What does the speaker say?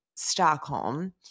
Stockholm